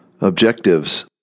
objectives